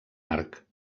arc